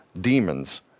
demons